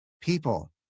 people